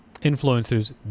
influencers